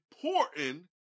important